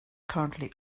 currently